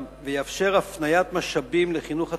ויאפשר הפניית משאבים לחינוך התלמידים,